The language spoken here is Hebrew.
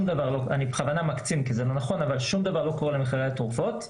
ואני בכוונה מקצין ששום דבר לא קורה למחירי התרופות.